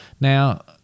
Now